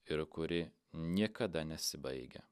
ir kuri niekada nesibaigia